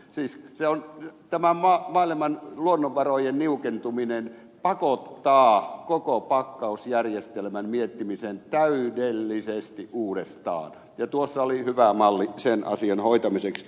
siis tämän maailman luonnonvarojen niukentuminen pakottaa koko pakkausjärjestelmän miettimisen täydellisesti uudestaan ja tuossa oli hyvä malli sen asian hoitamiseksi